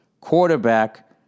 quarterback